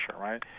right